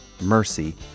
mercy